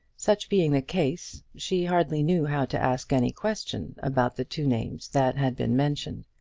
such being the case, she hardly knew how to ask any question about the two names that had been mentioned.